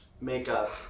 makeup